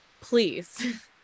please